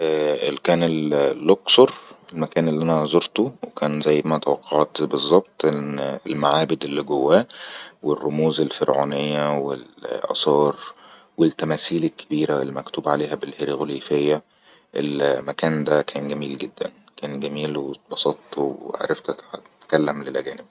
ءء كان اللوكسور المكان اللي أنا زرته وكان زي ما توقعت بالزبط المعابد اللي جوا والرموز الفرعونية والأصار والتمسيل الكبيرة المكتوب عليها بالهيريغو ليفاية المكان ده كان جميل جداً كان جميل وتبسط وعرفت أحد تكلم للاجانب